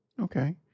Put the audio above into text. Okay